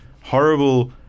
horrible